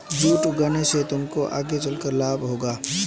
jute उगाने से तुमको आगे चलकर लाभ होगा